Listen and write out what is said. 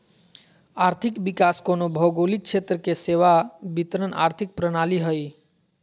आर्थिक विकास कोनो भौगोलिक क्षेत्र के सेवा वितरण आर्थिक प्रणाली हइ